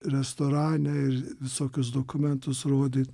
restorane ir visokius dokumentus rodyt